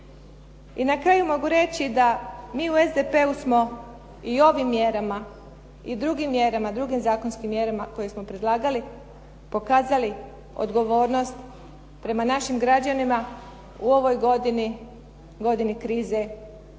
I na kraju mogu reći da mi u SDP-u smo i ovim mjerama i drugim mjerama, drugim zakonskim mjerama koje smo predlagali pokazali odgovornost prema našim građanima u ovoj godini, godini krize